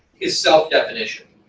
his self definition.